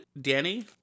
Danny